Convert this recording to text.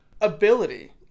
Ability